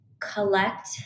collect